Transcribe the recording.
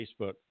Facebook